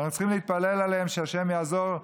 ואנחנו צריכים להתפלל עליהם שהשם יעזור,